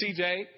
CJ